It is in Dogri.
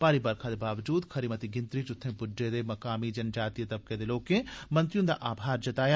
भारी बरखा दे बावजूद खरी मती गिनतरी च उत्थे पुज्जे दे मुकामी जनजातीय तबके दे लोकें मंत्री हुंदा आभार जताया